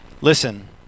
Listen